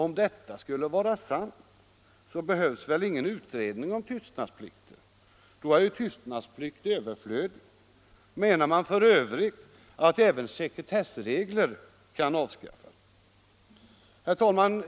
Om detta skulle vara sant behövs väl ingen utredning om tystnadsplikten — då är ju tystnadsplikt överflödig. Menar man f. ö. att även sekretessreglerna kan avskaffas? Herr talman!